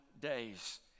days